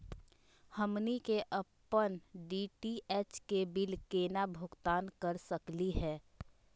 हमनी के अपन डी.टी.एच के बिल केना भुगतान कर सकली हे?